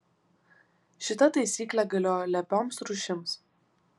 šita taisyklė galioja lepioms rūšims